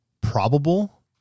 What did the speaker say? probable